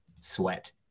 sweat